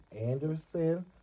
Anderson